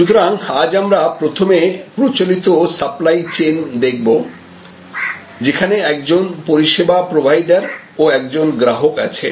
সুতরাং আজ আমরা প্রথমে প্রচলিত সাপ্লাই চেইন দেখব যেখানে একজন পরিষেবা প্রোভাইডার ও একজন গ্রাহক আছে